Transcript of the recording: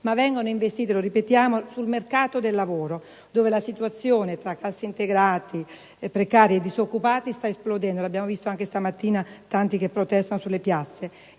fallimentare, ma - lo ripetiamo - sul mercato del lavoro, dove la situazione, tra cassaintegrati, precari e disoccupati sta esplodendo: abbiamo visto anche questa mattina tanti che protestano nelle piazze.